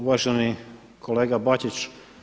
Uvaženi kolega Bačić.